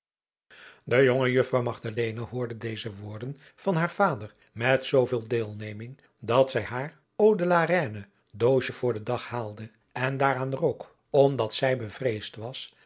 de jonge juffrouw magdalena hoorde deze woorden van haar vader met zooveel deelneming dat zij haar eau de la reine doosje voor den dag haalde en daaraan rook omdat zij bevreesd was